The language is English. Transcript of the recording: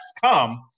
come